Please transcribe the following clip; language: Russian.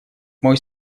мой